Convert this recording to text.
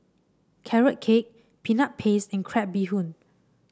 Carrot Cake Peanut Paste and Crab Bee Hoon